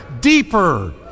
deeper